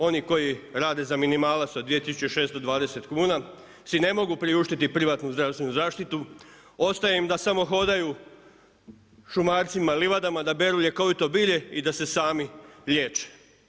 One koji rade za minimalac od 2620kn, si ne mogu priuštiti privatnu zdravstvenu zaštitu, ostaje im da samo hodaju šumarcima, livadama, da beru ljekovito bilje i da se sami liječe.